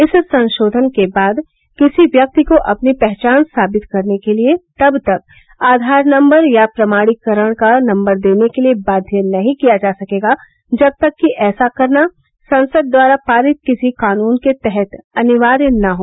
इस संशोधन के बाद किसी व्यक्ति को अपनी पहचान साबित करने के लिए तब तक आधार नम्बर या प्रमाणीकरण का नम्बर देने के लिए बाध्य नहीं किया जा सकेगा जब तक कि ऐसा करना संसद द्वारा पारित किसी कानून के तहत अनिवार्य न हो